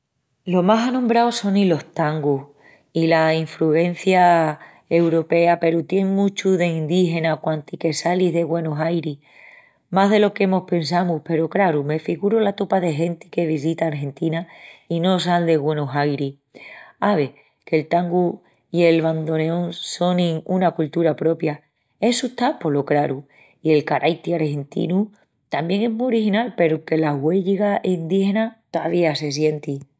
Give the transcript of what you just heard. Lo más anombrau sonin los tangus i la infrugencia uropea peru tien muchu d'endígina quantis que salis de Güenus Airis. Mas delo que mos pensamus peru, craru, me figuru la tupa de genti que vesita Argentina i no sal de Güenus Airis. Ave, que'l tangu i el bandoneón sonin una coltura propia, essu está polo craru, i el caraiti argentinu tamién es mu original peru que la huélliga endígina tovía se sienti.